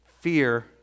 fear